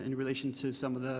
and relation to some of